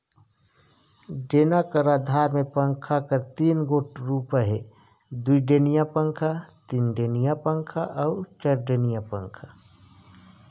डेना कर अधार मे पंखा कर तीन गोट रूप अहे दुईडेनिया पखा, तीनडेनिया पखा अउ चरडेनिया पखा